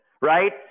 right